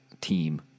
team